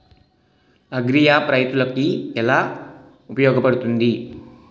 Agri app రైతులకి ఏలా ఉపయోగ పడుతుంది?